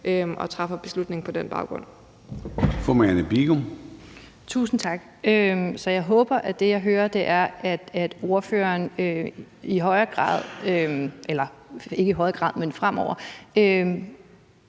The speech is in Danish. så træffer vi beslutning på den baggrund.